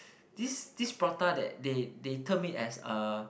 this this prata that they they term it as a